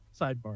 sidebar